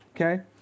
okay